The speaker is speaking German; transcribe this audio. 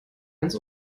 ganz